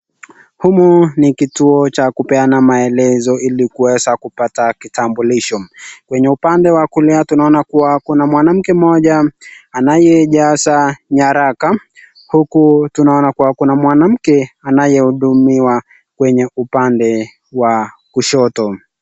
Humu ni kituo cha kupeana maelezo ili kuweza kupata kitambulisho. Kwenye upande wa kuli tunaona mwanamke anayejaza nyaraka, huku tunaoana kuna mwanamke anayehudumiwa upande wa kushoto.